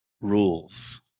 rules